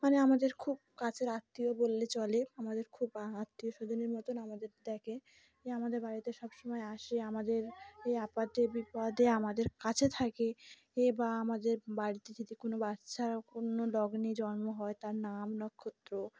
মানে আমাদের খুব কাছের আত্মীয় বললে চলে আমাদের খুব আত্মীয় স্বজনের মতন আমাদের দেখে এ আমাদের বাড়িতে সবসময় আসে আমাদের এ আপদে বিপদে আমাদের কাছে থাকে এ বা আমাদের বাড়িতে যদি কোনো বাচ্চার কোনো লগ্নে জন্ম হয় তার নাম নক্ষত্র